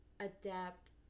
adapt